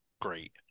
great